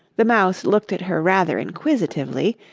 the mouse looked at her rather inquisitively,